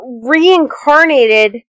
reincarnated